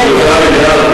3 מיליארד,